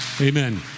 Amen